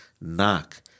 Knock